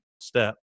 step